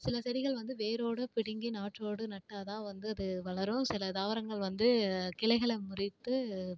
சில செடிகள் வந்து வேரோடு பிடிங்கி நாற்றோடு நட்டால் தான் வந்து அது வளரும் சில தாவரங்கள் வந்து கிளைகளை முறித்து